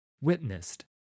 witnessed